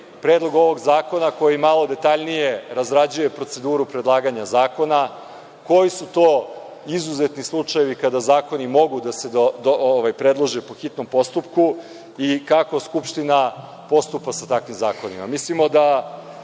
Predlog ovog zakona, koji malo detaljnije razrađuje proceduru predlaganje zakona - koji su to izuzetni slučajevi kada zakoni mogu da se predlože po hitnom postupku i kako skupština postupa sa takvim zakonima. Mislimo